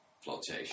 flotation